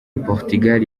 portugal